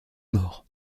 mort